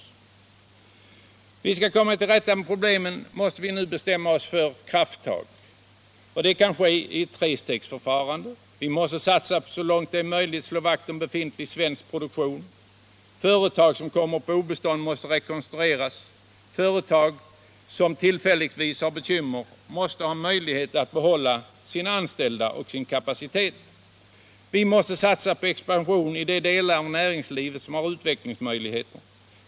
Om vi skall komma till rätta med problemen måste vi nu bestämma oss för krafttag. Detta kan ske i ett trestegsförfarande. 1. Vi måste satsa på att så långt det är möjligt slå vakt om befintlig svensk produktion. Företag som kommer på obestånd måste rekonstrueras. Företag som tillfälligtvis har bekymmer måste ha möjlighet att behålla sina anställda och sin kapacitet. 2. Vi måste satsa på expansion i de delar av näringslivet som har utvecklingsmöjligheter.